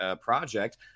project